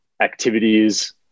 activities